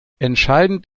entscheidend